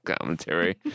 commentary